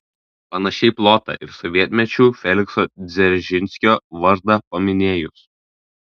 panašiai plota ir sovietmečiu felikso dzeržinskio vardą paminėjus